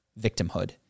victimhood